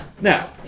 Now